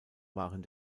waren